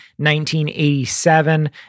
1987